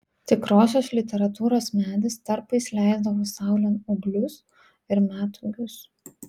tikrosios literatūros medis tarpais leisdavo saulėn ūglius ir metūgius